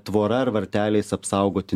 tvora ar varteliais apsaugoti